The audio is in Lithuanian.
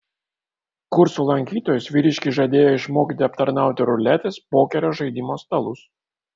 kursų lankytojus vyriškis žadėjo išmokyti aptarnauti ruletės pokerio žaidimo stalus